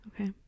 Okay